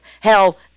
hell